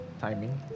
timing